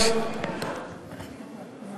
אנחנו מתים